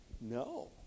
No